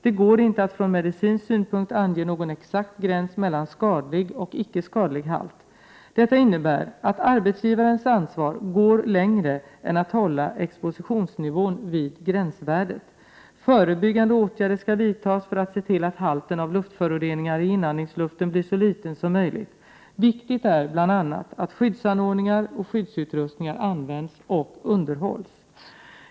Det går inte att från medicinsk synpunkt ange någon exakt gräns mellan skadlig och icke skadlig halt. Detta innebär att arbetsgivarens ansvar går längre än att hålla expositionsnivån vid gränsvärdet. Förebyggande åtgärder skall vidtas för att se till att halten av luftföroreningar i inandningsluften blir så liten som möjligt. Viktigt är bl.a. att skyddsanordningar och skyddsutrustningar används och underhålls.